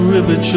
River